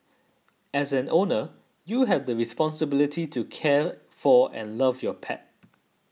as an owner you have the responsibility to care for and love your pet